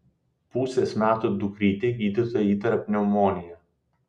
pusės metų dukrytei gydytoja įtaria pneumoniją